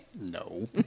no